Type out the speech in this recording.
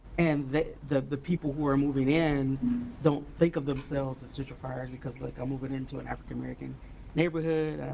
and the the people who are moving in don't think of themselves as gentrifiers, because like, i'm moving into an african american neighborhood.